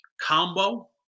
combo